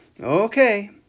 Okay